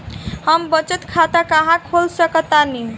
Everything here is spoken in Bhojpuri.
हम बचत खाता कहां खोल सकतानी?